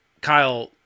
Kyle